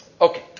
Okay